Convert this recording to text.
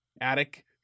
attic